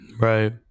right